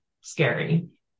scary